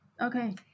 Okay